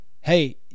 hey